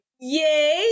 Yay